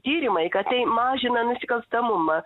tyrimai kad tai mažina nusikalstamumą